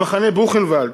במחנה בוכנוולד.